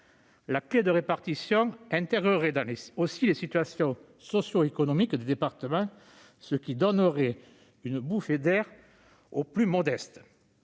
La clef de répartition intégrerait aussi les situations socioéconomiques des départements, ce qui donnerait une bouffée d'air aux plus modestes